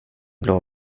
blå